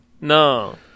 No